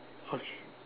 mm